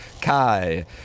Kai